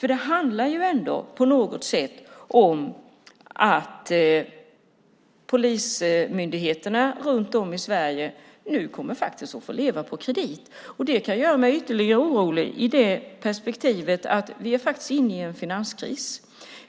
Det handlar ändå på något sätt om att polismyndigheterna runt om i Sverige nu kommer att få leva på kredit. Det gör mig ytterligare orolig i perspektivet att vi är inne i en finanskris.